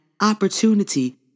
opportunity